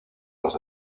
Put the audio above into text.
los